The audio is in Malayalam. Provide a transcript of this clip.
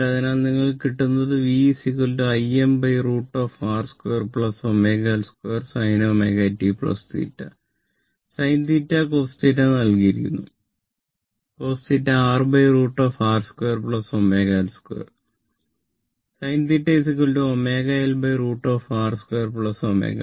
അതിനാൽ നിങ്ങൾക്ക് കിട്ടുന്നത് v Im √ Vm Im